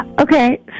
Okay